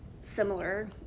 similar